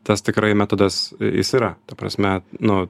tas tikrai metodas jis yra ta prasme nu